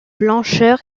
blancheur